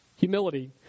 Humility